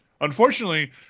Unfortunately